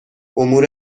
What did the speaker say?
امور